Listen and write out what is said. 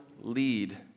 lead